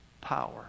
power